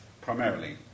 primarily